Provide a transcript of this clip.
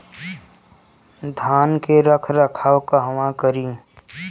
धान के रख रखाव कहवा करी?